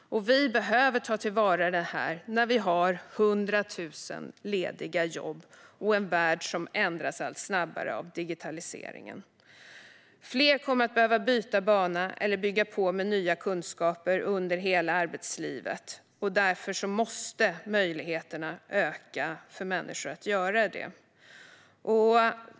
Vi behöver ta den till vara när vi har 100 000 lediga jobb och en värld som ändras allt snabbare av digitaliseringen. Fler kommer att behöva byta bana eller bygga på med nya kunskaper under hela arbetslivet. Därför måste möjligheterna öka för människor att göra det.